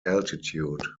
altitude